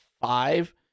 five